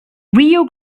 rio